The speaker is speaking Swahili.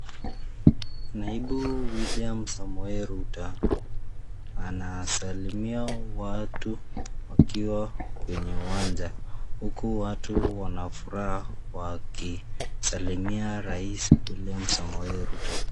Naibu William Samoei Ruto anasalimia watu wakiwa kwenye uwanja, huku watu wana furaha wakisalimia rais William Samoei Ruto.